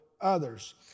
others